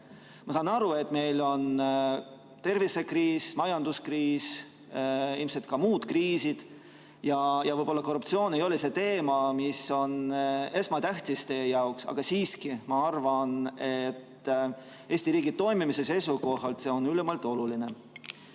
Ma saan aru, et meil on tervisekriis, majanduskriis, ilmselt ka muud kriisid, ja võib-olla korruptsioon ei ole see teema, mis on esmatähtis teie jaoks, aga siiski ma arvan, et Eesti riigi toimimise seisukohalt on ülimalt oluline,